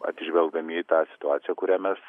atsižvelgdami į tą situaciją kurią mes